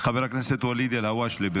חבר הכנסת ואליד אלהואשלה.